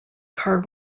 car